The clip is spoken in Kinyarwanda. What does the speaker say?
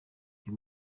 uyu